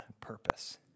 purpose